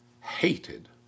hated